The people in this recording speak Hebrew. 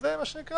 אז זה מה שנקרא